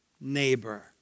neighbor